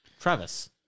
Travis